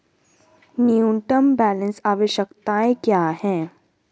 न्यूनतम बैलेंस आवश्यकताएं क्या हैं?